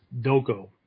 Doko